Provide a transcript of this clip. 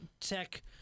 tech